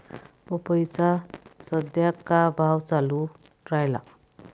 पपईचा सद्या का भाव चालून रायला?